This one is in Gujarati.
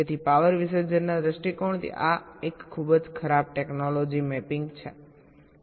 તેથી પાવર વિસર્જનના દૃષ્ટિકોણથી આ એક ખૂબ જ ખરાબ ટેકનોલોજી મેપિંગ છે